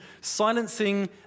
Silencing